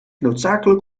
noodzakelijk